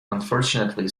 unfortunately